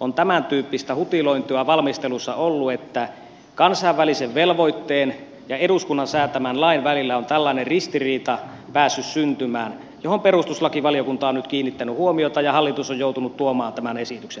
on tämän tyyppistä hutilointia valmistelussa ollut että kansainvälisen velvoitteen ja eduskunnan säätämän lain välillä on tällainen ristiriita päässyt syntymään johon perustuslakivaliokunta on nyt kiinnittänyt huomiota ja hallitus on joutunut tuomaan tämän esityksen tänne